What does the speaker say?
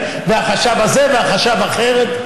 וחשב זה וחשב אחר.